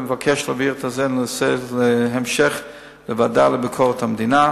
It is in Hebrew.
מבקש להעביר את הנושא להמשך הדיון בוועדה לביקורת המדינה.